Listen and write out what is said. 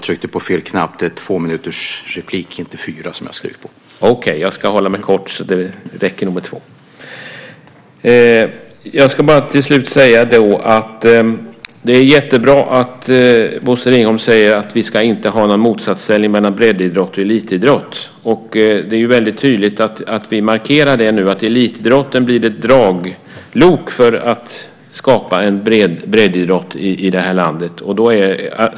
Till slut vill jag säga att det är jättebra att Bosse Ringholm säger att vi inte ska ha någon motsatsställning mellan breddidrott och elitidrott. Det är viktigt att vi tydligt markerar det nu så att elitidrotten blir ett draglok för att skapa en bred breddidrott i det här landet.